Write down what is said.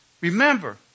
Remember